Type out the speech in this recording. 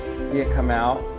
see it come out